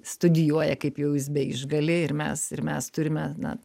studijuoja kaip jau jis beišgali ir mes ir mes turime na